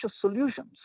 solutions